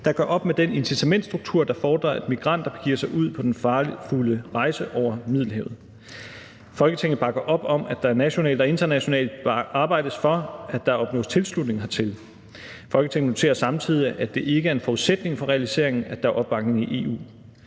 der gør op med den incitamentsstruktur, der fordrer, at migranter begiver sig ud på den farefulde rejse over Middelhavet. Folketinget bakker op om, at der nationalt og internationalt arbejdes for, at der opnås tilslutning hertil. Folketinget noterer sig samtidig, at det ikke er en forudsætning for realiseringen, at der er opbakning i EU.